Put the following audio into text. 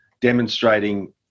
demonstrating